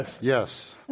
Yes